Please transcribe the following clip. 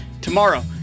tomorrow